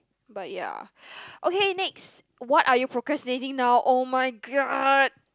but ya okay next what are you procrastinating now [oh]-my-god